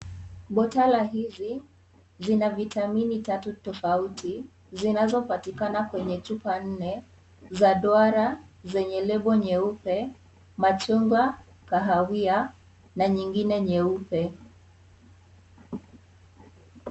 Botala hizi, zina vitamini tatu tofauti, zinazo patikana kwenye chupa nne, za duara, zenye lebo nyeupe, machungwa, kahawia, na nyingine nyeupe.